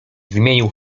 zmienił